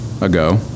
ago